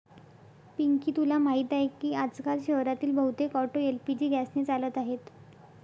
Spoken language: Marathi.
पिंकी तुला माहीत आहे की आजकाल शहरातील बहुतेक ऑटो एल.पी.जी गॅसने चालत आहेत